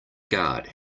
guard